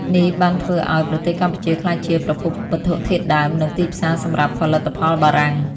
នេះបានធ្វើឱ្យប្រទេសកម្ពុជាក្លាយជាប្រភពវត្ថុធាតុដើម និងទីផ្សារសម្រាប់ផលិតផលបារាំង។